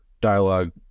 dialogue